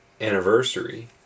anniversary